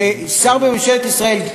שר בממשלת ישראל,